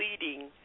leading